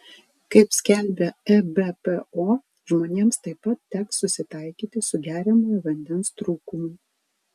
kaip skelbia ebpo žmonėms taip pat teks susitaikyti su geriamojo vandens trūkumu